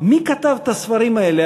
מי כתב את הספרים האלה?